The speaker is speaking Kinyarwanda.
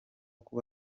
kuba